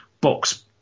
box